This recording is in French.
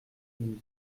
mille